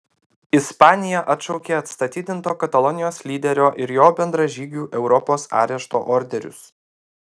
ispanija atšaukė atstatydinto katalonijos lyderio ir jo bendražygių europos arešto orderius